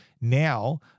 Now